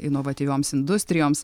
inovatyvioms industrijoms